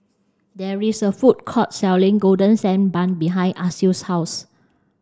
there is a food court selling golden sand bun behind Alcide's house